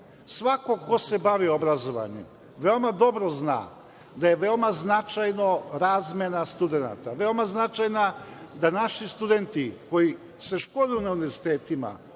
Svako ko se bavi obrazovanjem veoma dobro zna da je veoma značajna razmena studenata. Veoma značajna, da naši studenti koji se školuju na univerzitetima